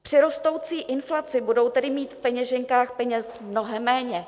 Při rostoucí inflaci budou tedy mít v peněženkách peněz mnohem méně.